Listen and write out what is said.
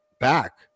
back